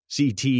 CT